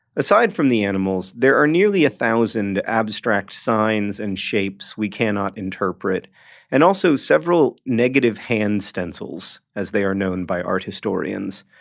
aside from the animals, there are nearly a thousand abstract signs and shapes we cannot interpret and also several negative hand stencils, as they are known by art historians.